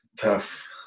tough